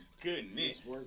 Goodness